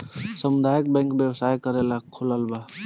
सामुदायक बैंक व्यवसाय करेला खोलाल बा